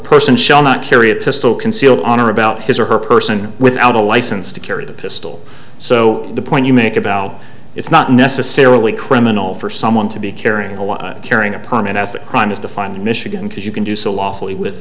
person shall not carry a pistol concealed on or about his or her person without a license to carry the pistol so the point you make about it's not necessarily criminal for someone to be carrying a one carrying opponent as a crime is defined in michigan because you can do so lawfully with